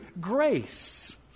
grace